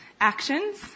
actions